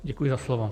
Děkuji za slovo.